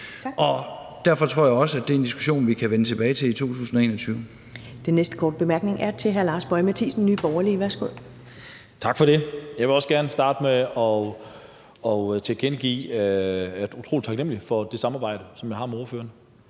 Og derfor tror jeg også, det er en diskussion, vi kan vende tilbage til i 2021.